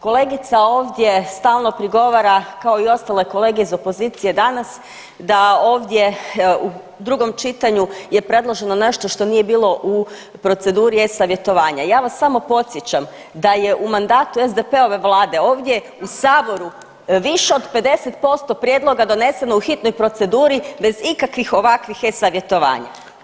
Kolegica ovdje stalno prigovara kao i ostale kolege iz opozicije danas da ovdje u drugom čitanju je predloženo nešto što nije bilo u proceduri e-Savjetovanja, ja vas samo podsjećam da je u mandatu SDP-ove Vlade ovdje u Saboru više od 50% prijedloga doneseno u hitnoj proceduri bez ikakvih ovakvih e-Savjetovanja.